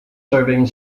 serving